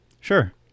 Sure